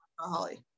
Holly